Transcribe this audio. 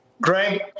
Greg